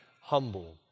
humble